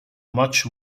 much